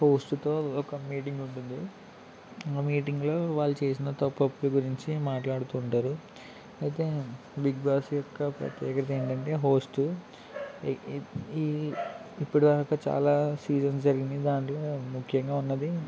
హోస్ట్తో ఒక మీటింగ్ ఉంటుంది ఆ మీటింగ్లో వాళ్ళు చేసిన తప్పొప్పుల గురించి మాట్లాడుతు ఉంటారు అయితే బిగ్బాస్ యొక్క ప్రత్యేకత ఏంటంటే హోస్టు ఇప్పటిదాకా చాలా సీజన్స్ జరిగినాయి దాంట్లో ముఖ్యంగా ఉన్నది